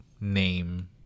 name